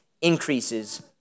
increases